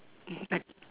mm o~